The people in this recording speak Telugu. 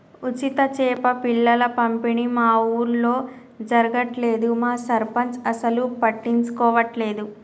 ఉచిత చేప పిల్లల పంపిణీ మా ఊర్లో జరగట్లేదు మా సర్పంచ్ అసలు పట్టించుకోవట్లేదు